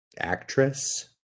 Actress